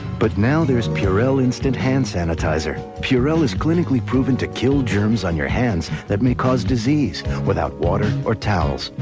but now there's purell, instant hand sanitizer. purell is clinically proven to kill germs on your hands that may cause disease without water or towels.